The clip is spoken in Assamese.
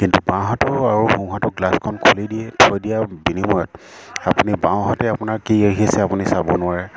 কিন্তু বাঁওহাতৰ আৰু সোহাঁতৰ গ্লাছখন খুলি দিয়ে থৈ দিয়াৰ বিনিময়ত আপুনি বাঁওহাতে আপোনাৰ কি আহি আছে আপুনি চাব নোৱাৰে